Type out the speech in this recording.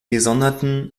gesonderten